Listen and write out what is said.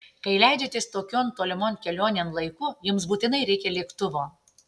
kai leidžiatės tokion tolimon kelionėn laiku jums būtinai reikia lėktuvo